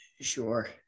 Sure